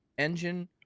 engine